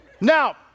Now